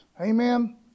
Amen